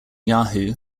yahoo